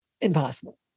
impossible